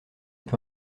peut